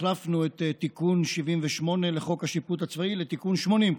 החלפנו את תיקון 78 לחוק השיפוט הצבאי בתיקון 80,